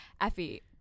Effie